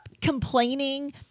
complaining